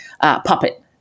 puppet